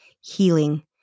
healing